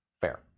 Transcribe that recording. Fair